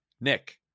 Nick